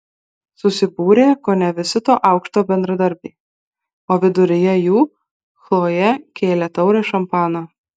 susibūrė kone visi to aukšto bendradarbiai o viduryje jų chlojė kėlė taurę šampano